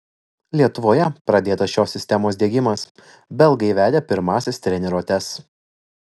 lietuvoje pradėtas šios sistemos diegimas belgai vedė pirmąsias treniruotes